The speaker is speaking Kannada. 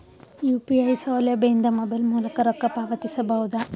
ಯು.ಪಿ.ಐ ಸೌಲಭ್ಯ ಇಂದ ಮೊಬೈಲ್ ಮೂಲಕ ರೊಕ್ಕ ಪಾವತಿಸ ಬಹುದಾ?